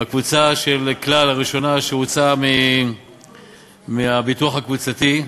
בקבוצה של "כלל" הראשונה, שהוצאה מהביטוח הקבוצתי.